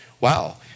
wow